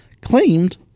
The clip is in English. claimed